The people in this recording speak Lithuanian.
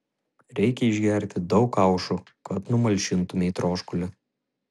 reikia išgerti daug kaušų kad numalšintumei troškulį